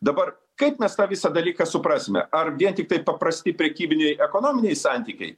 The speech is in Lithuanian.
dabar kaip mes tą visą dalyką suprasime ar vien tiktai paprasti prekybiniai ekonominiai santykiai